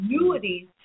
Annuities